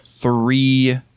three